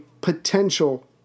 potential